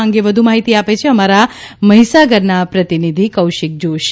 આ અંગે વધુ માહિતી આપે છે અમારા મહીસાગરના પ્રતિનિધિ કૌશિક જોષી